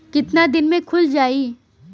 कितना दिन में खुल जाई?